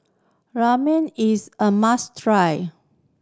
ramen is a must try